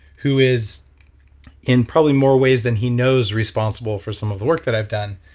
who is in probably more ways than he knows responsible for some of the work that i've done.